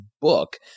book